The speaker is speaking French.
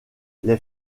les